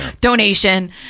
donation